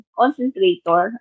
concentrator